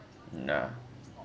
ya